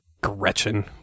Gretchen